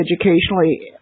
educationally